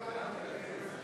אדוני היושב-ראש,